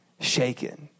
shaken